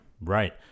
right